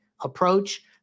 approach